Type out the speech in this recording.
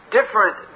different